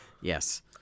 Yes